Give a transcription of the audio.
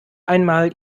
einmal